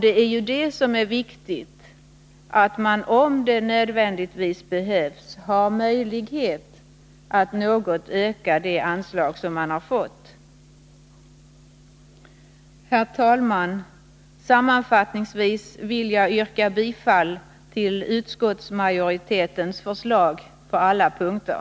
Det viktiga är ju att man, om det verkligen behövs, har möjlighet att något öka det anslag som beviljats. Herr talman! Sammanfattningsvis vill jag yrka bifall till utskottsmajoritetens förslag på alla punkter.